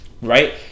right